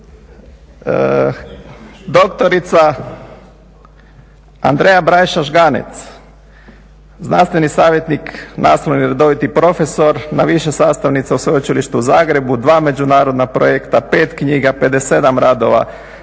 Doktorica Andreja Brajša-Žganec, znanstveni savjetnik, nastavnik i redoviti profesor na više sastavnica u Sveučilištu u Zagrebu. Dva međunarodna projekte, pet knjiga, pedeset